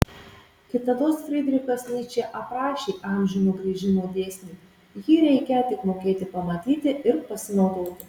kitados frydrichas nyčė aprašė amžino grįžimo dėsnį jį reikią tik mokėti pamatyti ir pasinaudoti